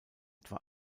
etwa